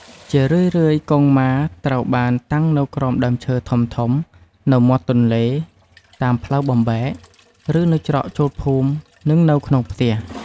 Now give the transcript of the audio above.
ជារឿយៗកុងម៉ាត្រូវបានតាំងនៅក្រោមដើមឈើធំៗ នៅមាត់ទន្លេ តាមផ្លូវបំបែក ឬនៅច្រកចូលភូមិ និងនៅក្នុងផ្ទះ។